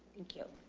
thank you.